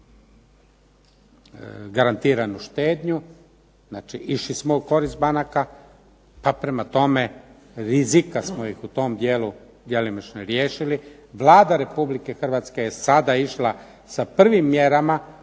garantiranu štednju. Znači, išli smo u korist banaka, pa prema tome rizika smo ih u tom dijelu djelomično riješili. Vlada Republike Hrvatske je sada išla sa prvim mjerama